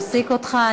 אני רגע אפסיק אותך.